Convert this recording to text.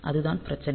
அதுதான் பிரச்சினை